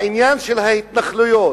בעניין של ההתנחלויות,